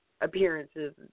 Appearances